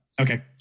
okay